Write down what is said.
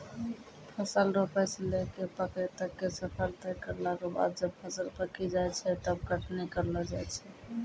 फसल रोपै स लैकॅ पकै तक के सफर तय करला के बाद जब फसल पकी जाय छै तब कटनी करलो जाय छै